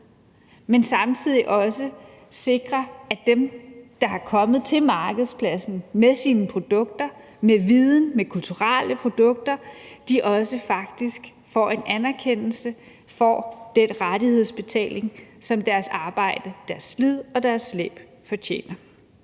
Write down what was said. men samtidig også kan sikre, at dem, der er kommet til markedspladsen med viden og med kulturelle produkter, faktisk også får en anerkendelse og får den rettighedsbetaling, som deres arbejde, deres slid og deres slæb fortjener?